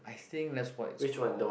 I think that's what it's called